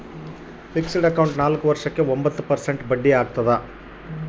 Fixed account ನಾಲ್ಕು ವರ್ಷಕ್ಕ ಬಡ್ಡಿ ಎಷ್ಟು ಪರ್ಸೆಂಟ್ ಆಗ್ತದ?